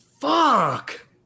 Fuck